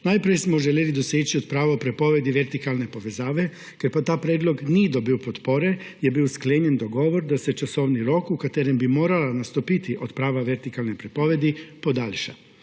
Najprej smo želeli doseči odpravo prepovedi vertikalne povezave, ker pa ta predlog ni dobil podpore, je bil sklenjen dogovor, da se časovni rok, v katerem bi morala nastopiti odprava vertikalne prepovedi, podaljša.